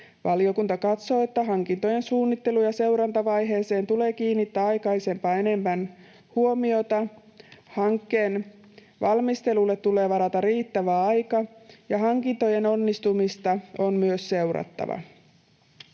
Valiokunta katsoo, että hankintojen suunnittelu‑ ja seurantavaiheeseen tulee kiinnittää aikaisempaa enemmän huomiota, hankkeen valmistelulle tulee varata riittävä aika ja hankintojen onnistumista on myös seurattava.